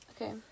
Okay